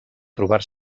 trobar